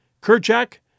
Kerchak